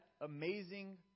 amazing